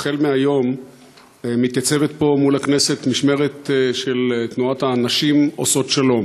מהיום מתייצבת פה מול הכנסת משמרת של תנועת "נשים עושות שלום".